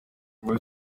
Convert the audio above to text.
muri